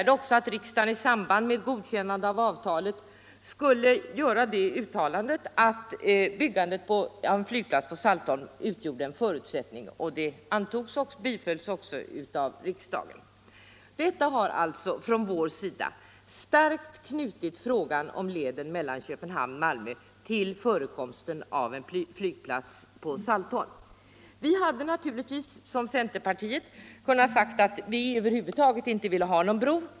Detta har enligt vårt sätt att se starkt knutit frågan om leden mellan Köpenhamn och Malmö till förekomsten av en flygplats på Saltholm. Vi hade liksom centerpartiet kunnat säga att vi över huvud taget inte ville ha någon bro.